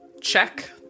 check